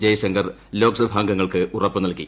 ജയശങ്കർ ലോക്സഭാംഗങ്ങൾക്ക് ഉറപ്പ് നൽകി